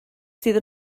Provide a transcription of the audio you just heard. sydd